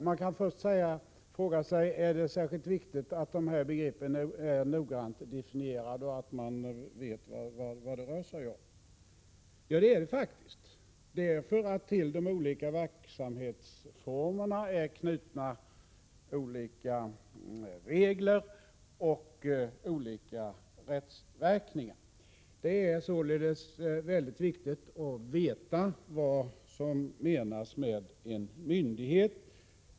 Man kan fråga sig om det är särskilt viktigt att de här begreppen är noggrant definierade och att man vet vad det rör sig om. Ja, det är det faktiskt. Till de olika verksamhetsformerna är knutna olika regler och olika rättsverkningar. Det är således mycket viktigt att veta vad som menas med en myndighet.